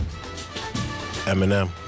Eminem